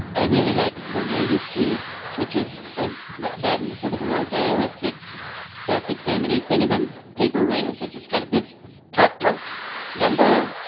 i really like cornelius street which is a but that was sort of more dire esque self examining thinking than paper rings which just kind of this pop punk no.